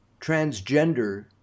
transgender